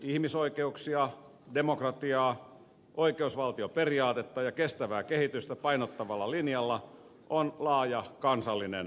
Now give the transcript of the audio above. ihmisoikeuksia demokratiaa oikeusvaltioperiaatetta ja kestävää kehitystä painottavalla linjalla on laaja kansallinen tuki